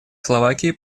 словакии